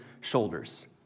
shoulders